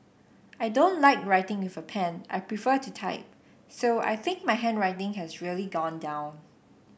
I don't like writing with a pen I prefer to type so I think my handwriting has really gone down